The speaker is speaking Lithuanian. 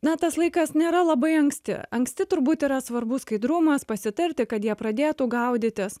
na tas laikas nėra labai anksti anksti turbūt yra svarbu skaidrumas pasitarti kad jie pradėtų gaudytis